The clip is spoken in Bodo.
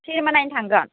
चेनिमा नायनो थांगोन